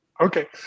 Okay